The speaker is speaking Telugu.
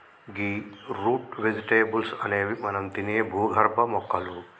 గీ రూట్ వెజిటేబుల్స్ అనేవి మనం తినే భూగర్భ మొక్కలు